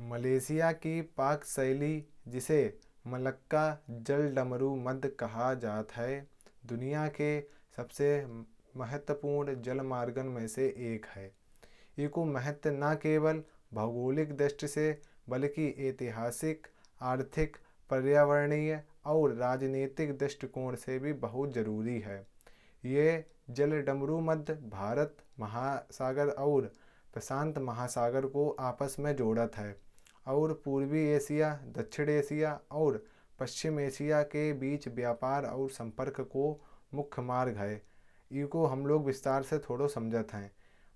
मलेशिया की पंक शैली जिसे मलक्का जल धमुरुमध कहा जाता है। दुनिया के सबसे महत्वपूर्ण जलमार्गों में से एक है। इसका महत्व न केवल भौगोलिक दृष्टि से बल्कि ऐतिहासिक, आर्थिक, पर्यावरणिक। और राजनीतिक दृष्टि से भी बहुत जरूरी है। यह जल धमुरुमध भारत महासागर और प्रशांत महासागर को आपस में जोड़ता है। और पूर्वी एशिया दक्षिणी एशिया और पश्चिमी एशिया के बीच व्यापार। और सम्पर्क का मुख्य मार्ग है। अब हम इसके बारे में विस्तृत रूप से समझते हैं।